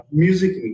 music